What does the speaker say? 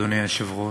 אדוני היושב-ראש,